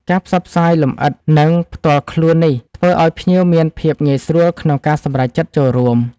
ការផ្សព្វផ្សាយលំអិត និងផ្ទាល់ខ្លួននេះធ្វើឲ្យភ្ញៀវមានភាពងាយស្រួលក្នុងការសម្រេចចិត្តចូលរួម